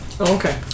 Okay